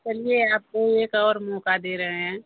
चलिए आपको एक और मौका दे रहे हैं